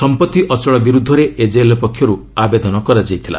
ସମ୍ପତ୍ତି ଅଚଳ ବିରୁଦ୍ଧରେ ଏଜେଏଲ୍ ପକ୍ଷରୁ ଆବେଦନ କରାଯାଇଥିଲା